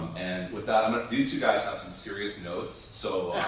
and with that, and these two guys have some serious notes, so